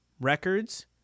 records